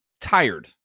tired